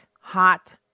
hot